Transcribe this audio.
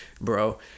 Bro